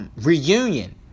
reunion